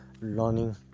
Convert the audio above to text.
learning